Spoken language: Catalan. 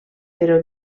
però